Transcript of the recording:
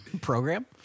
program